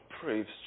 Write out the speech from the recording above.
proves